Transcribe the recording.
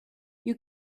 you